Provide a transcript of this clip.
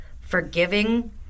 forgiving